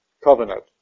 covenant